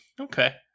Okay